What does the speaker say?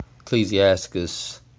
Ecclesiastes